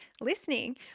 listening